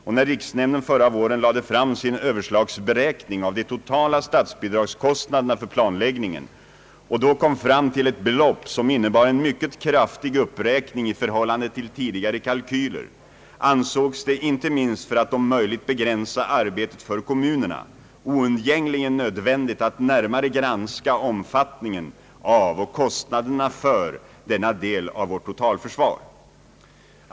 Och när riksnämnden förra våren lade fram sin överslagsberäkning av de totala statsbidragskostnaderna för planläggningen och då kom fram till ett belopp som innebar en mycket kraftig uppräkning i förhållande till tidigare kalkyler ansågs det — inte minst för att om möjligt begränsa arbetet för kommunerna — oundgängligen nödvändigt att närmare granska omfattningen av och kostnaderna för denna del av vårt totalförsvar.